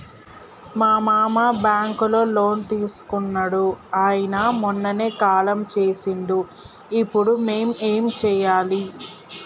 మా మామ బ్యాంక్ లో లోన్ తీసుకున్నడు అయిన మొన్ననే కాలం చేసిండు ఇప్పుడు మేం ఏం చేయాలి?